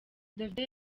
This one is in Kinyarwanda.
davido